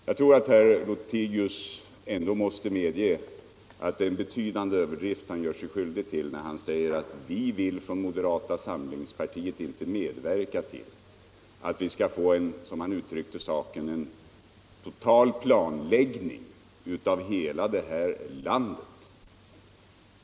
Jag tror att herr Lothigius ändå måste medge att han gör sig skyldig till en betydande överdrift när han talar om en total planläggning av hela det här landet och säger att moderata samlingspartiet inte vill medverka till en sådan.